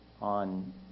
on